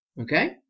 Okay